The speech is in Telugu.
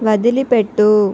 వదిలి పెట్టు